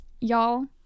Y'all